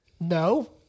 No